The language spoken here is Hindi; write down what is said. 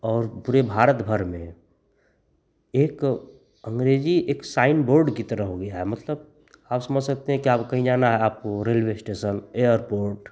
और पूरे भारत भर में एक अँग्रेजी एक साइन बोर्ड की तरह हो गई है मतलब आप समझ सकते हैं कि आपको कहीं जाना है आपको रेलवे एस्टेशन एयरपोर्ट